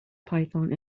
python